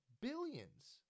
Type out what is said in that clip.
billions